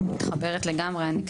אני לגמרי מתחברת לדברים שלך.